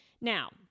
Now